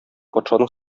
патшаның